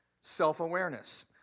self-awareness